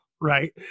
right